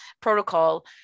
protocol